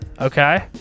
Okay